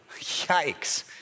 Yikes